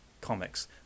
comics